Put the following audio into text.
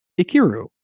ikiru